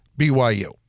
BYU